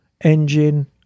engine